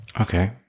Okay